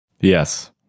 yes